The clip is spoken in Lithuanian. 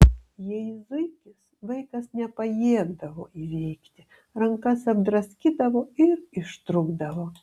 jei zuikis vaikas nepajėgdavo įveikti rankas apdraskydavo ir ištrūkdavo